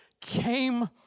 came